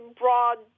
broad